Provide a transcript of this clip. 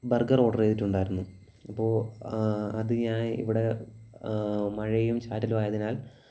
burger order ചെയ്തിട്ടുണ്ടായിരുന്നു അപ്പോൾ അതു ഞാൻ ഇവിടെ മഴയും ചാറ്റലും ആയതിനാൽ